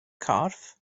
corff